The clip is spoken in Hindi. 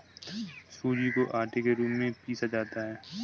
सूजी को आटे के रूप में पीसा जाता है